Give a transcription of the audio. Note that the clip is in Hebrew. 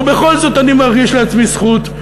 ובכל זאת אני מרגיש לעצמי זכות.